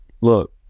look